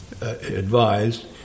advised